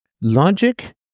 logic